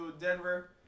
Denver